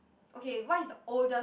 okay what's the oldest